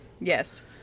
Yes